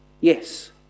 yes